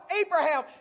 Abraham